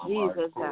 Jesus